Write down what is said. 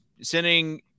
sending